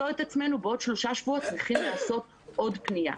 את עצמנו בעוד שלושה שבועות צריכים לעשות עוד פנייה.